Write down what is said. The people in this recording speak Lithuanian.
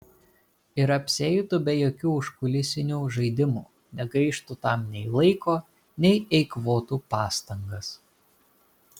ir apsieitų be jokių užkulisinių žaidimų negaištų tam nei laiko nei eikvotų pastangas